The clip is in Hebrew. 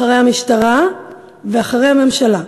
אחרי המשטרה ואחרי הממשלה.